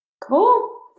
Cool